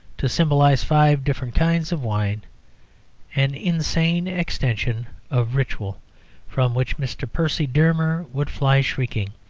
to symbolise five different kinds of wine an insane extension of ritual from which mr. percy dearmer would fly shrieking.